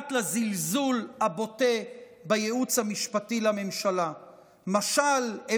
נוגעת לזלזול הבוטה בייעוץ המשפטי לממשלה משל הם